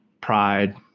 pride